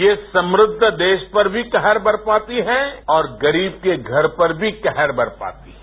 ये सम्रद्व रेश पर भी कहर बरपाती है और गरीब के घर पर भी कहर बरपाती है